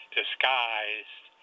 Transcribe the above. disguised